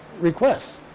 requests